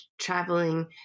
traveling